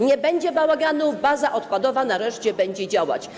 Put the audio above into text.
Nie będzie bałaganu, baza odpadowa nareszcie będzie działać.